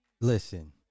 Listen